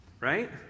right